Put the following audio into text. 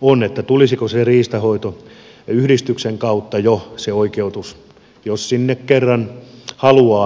on tulisiko se oikeutus jo riistanhoitoyhdistyksen kautta jos sinne kerran haluaa metsästysoikeutta